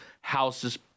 houses